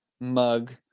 mug